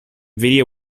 video